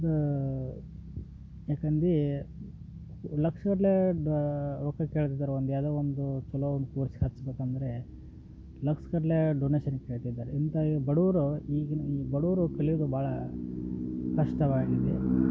ಅದು ಯಾಕಂದೀ ಲಕ್ಷ್ಗಟ್ಲೇ ಡಾ ರೊಕ್ಕ ಕೇಳ್ತಿದ್ದಾರೆ ಒಂದು ಯಾವುದೋ ಒಂದು ಕೆಲವೊಂದು ಸ್ಕೂಲ್ ಸೇರ್ಸಬೇಕಂದರೆ ಲಕ್ಸ್ಗಟ್ಲೆ ಡೊನೇಷನ್ ಕೇಳ್ತಿದ್ದಾರೆ ಇಂಥ ಬಡವರು ಈಗಿನ ಬಡವರು ಕಲಿಯುದು ಭಾಳ ಕಷ್ಟವಾಗಿದೆ